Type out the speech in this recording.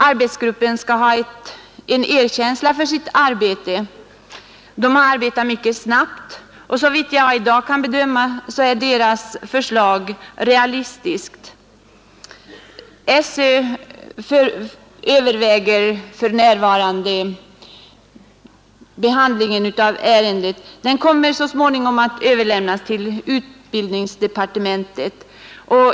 Arbetsgruppen bör få det erkännandet att den har arbetat mycket snabbt. Såvitt jag i dag kan bedöma är arbetsgruppens förslag dessutom realistiskt. Ärendet behandlas för närvarande i skolöverstyrelsen, och så småningom kommer det att överlämnas till utbildningsdepartementet.